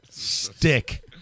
Stick